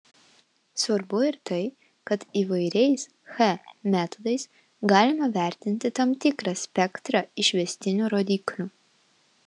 svarbu ir tai kad įvairiais ch metodais galima vertinti tam tikrą spektrą išvestinių rodiklių